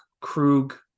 Krug